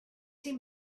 him